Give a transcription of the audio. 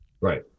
Right